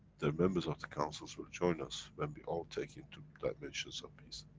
the members of the councils will join us. when we all take into dimensions of peace.